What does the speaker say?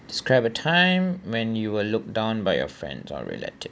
describe a time when you were looked down by a friend or relative